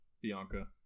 Bianca